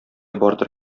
бардыр